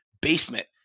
basement